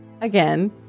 Again